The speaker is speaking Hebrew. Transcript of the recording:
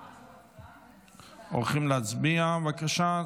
הולכים להצביע, בבקשה.